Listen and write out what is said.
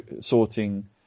sorting